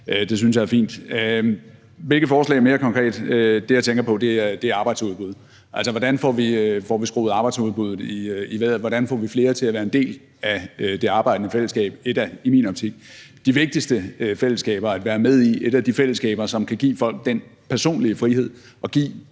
Det synes jeg er fint. Hvilke forslag har man mere konkret? Det, jeg tænker på, er arbejdsudbud. Altså, hvordan får vi skruet arbejdsudbuddet i vejret? Hvordan får vi flere til at være en del af det arbejdende fællesskab? Det er i min optik et af de vigtigste fællesskaber at være med i; et af de fællesskaber, som kan give folk den personlige frihed og give